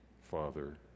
Father